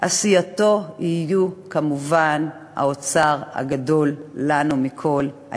עשייתו יהיה כמובן האוצר הגדול והחשוב לנו מכול,